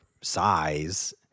size